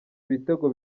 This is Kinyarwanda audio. ibitego